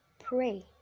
pray